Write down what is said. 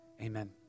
Amen